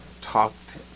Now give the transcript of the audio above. talked